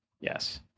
Yes